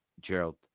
Gerald